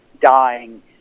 dying